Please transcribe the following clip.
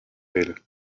will